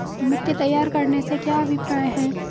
मिट्टी तैयार करने से क्या अभिप्राय है?